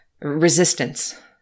resistance